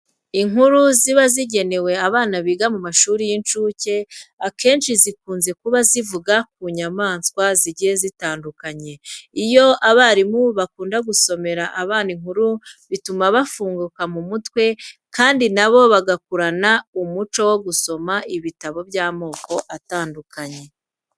Inkuru ziba zigenewe abana biga mu mashuri y'incuke akenshi zikunze kuba zivuga ku nyamaswa zigiye zitandukanye. Iyo abarimu bakunda gusomera abana inkuru bituma bafunguka mu mutwe kandi na bo bagakurana umuco wo gusoma ibitabo by'amoko atandukanye.